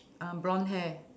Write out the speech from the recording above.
uh blonde hair